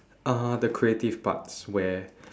uh the creative parts where